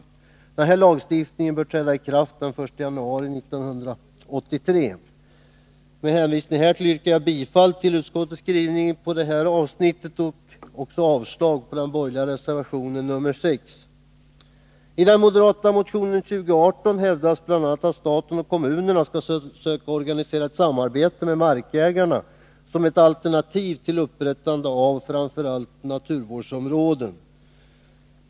Den här lagändringen bör träda i kraft den 1 januari 1983. Med hänvisning till det sagda yrkar jag bifall till utskottets hemställan i fråga om det här avsnittet samt avslag på den borgerliga reservationen nr 6. I den moderata motionen 2018 hävdas bl.a. att staten och kommunerna skall söka organisera ett samarbete med markägarna som ett alternativ till upprättande av framför allt naturvårdsområden.